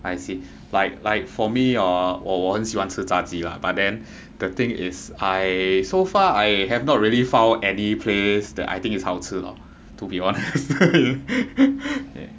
I see like like for me hor 我很喜欢吃炸鸡 lah by then the thing is I so far I have not really found any place that I think is 好吃 lah to be honest